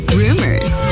rumors